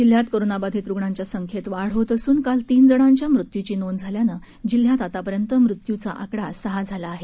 जिल्ह्यात कोरोनाबाधित रुग्णांच्या संख्येत वाढ होत असून काल तीन जणांच्या मृत्युची नोंद झाल्याने जिल्ह्यात आतापर्यंत मृत्युचा आकडा सहा झाला आहे